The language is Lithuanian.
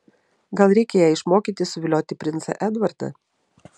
gal reikia ją išmokyti suvilioti princą edvardą